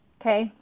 okay